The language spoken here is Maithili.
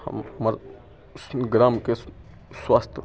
हम हमर ग्रामके स्वास्थ